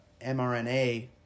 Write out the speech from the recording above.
mRNA